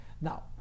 now